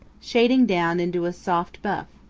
shading down into a soft buff.